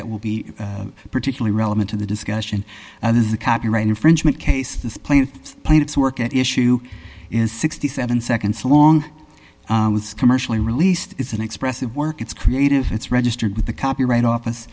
that will be particularly relevant to the discussion that is a copyright infringement case this plane planets work at issue is sixty seven seconds long with commercially released is an expressive work it's creative it's registered with the copyright office